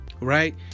right